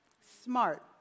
Smart